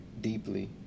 deeply